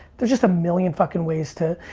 there's just a million fucking ways to,